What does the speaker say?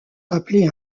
appelé